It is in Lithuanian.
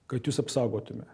kad jus apsaugotume